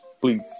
please